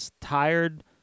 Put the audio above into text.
tired